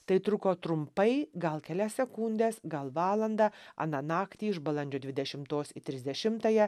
tai truko trumpai gal kelias sekundes gal valandą aną naktį iš balandžio dvidešimtos į trisdešimtąją